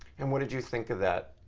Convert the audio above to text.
and what did you think of that?